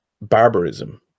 barbarism